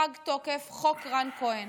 פג תוקף חוק רן כהן.